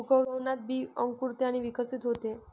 उगवणात बी अंकुरते आणि विकसित होते